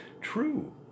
True